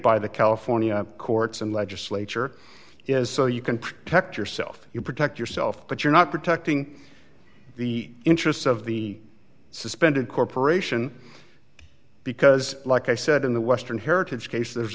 by the california courts and legislature is so you can protect yourself you protect yourself but you're not protecting the interests of the suspended corporation because like i said in the western heritage case there's